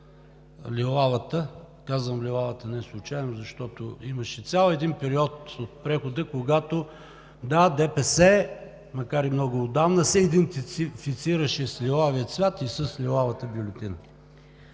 лилавата. Казвам „лилавата“ неслучайно, защото имаше цял един период от прехода, когато ДПС, макар и много отдавна, се идентифицираше с лилавия цвят и с лилавата бюлетина.